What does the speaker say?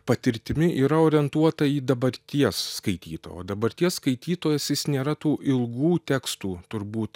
patirtimi yra orientuota į dabarties skaitytoją o dabarties skaitytojas jis nėra tų ilgų tekstų turbūt